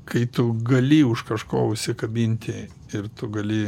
kai tu gali už kažko užsikabinti ir tu gali